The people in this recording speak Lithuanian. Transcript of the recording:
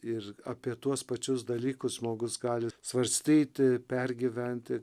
ir apie tuos pačius dalykus žmogus gali svarstyti pergyventi